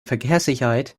verkehrssicherheit